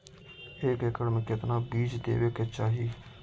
एक एकड़ मे केतना बीज देवे के चाहि?